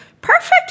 Perfect